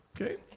Okay